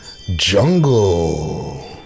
jungle